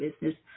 business